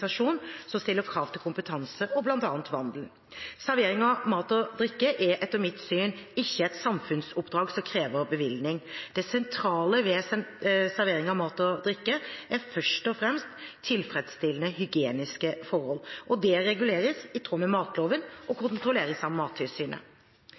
som stiller krav til kompetanse og bl.a. vandel. Servering av mat og drikke er etter mitt syn ikke et samfunnsoppdrag som krever bevilling. Det sentrale ved servering av mat og drikke er først og fremst tilfredsstillende hygieniske forhold – og det reguleres i tråd med matloven og